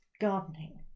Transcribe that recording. gardening